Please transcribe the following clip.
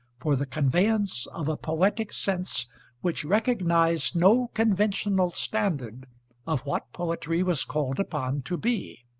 for the conveyance of a poetic sense which recognised no conventional standard of what poetry was called upon to be.